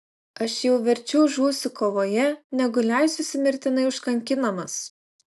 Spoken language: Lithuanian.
aš jau verčiau žūsiu kovoje negu leisiuosi mirtinai užkankinamas